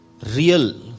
Real